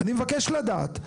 אני מבקש לדעת,